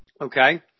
Okay